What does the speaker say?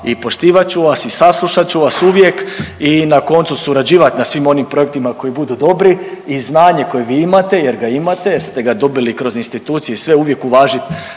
i poštivat ću vas i saslušat ću vas uvijek i na koncu surađivati na svim onim projektima koji budu dobri. I znanje koje vi imate jer ga imate, jer ste ga dobili kroz institucije i sve uvijek uvažit